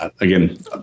again